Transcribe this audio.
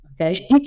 Okay